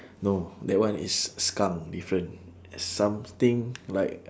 no that one is s~ skunk different something like